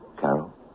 Carol